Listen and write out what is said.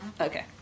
Okay